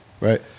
right